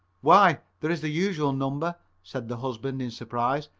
why, there is the usual number, said the husband in surprise,